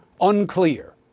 unclear